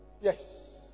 Yes